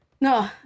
no